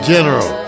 General